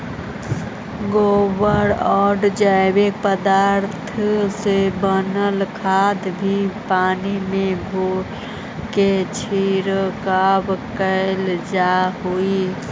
गोबरआउ जैविक पदार्थ से बनल खाद भी पानी में घोलके छिड़काव कैल जा हई